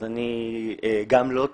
אז אני גם לא טרנס,